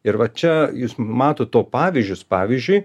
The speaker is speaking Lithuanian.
ir va čia jūs matot to pavyzdžius pavyzdžiui